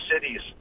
cities